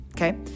Okay